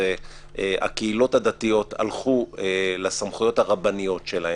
והקהילות הדתיות הלכו לסמכויות הרבניות שלהן,